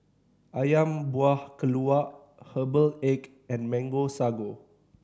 Ayam Buah Keluak herbal egg and Mango Sago